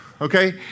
okay